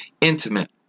intimate